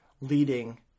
leading